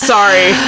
Sorry